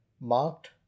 marked